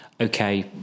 okay